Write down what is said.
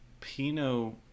Pinot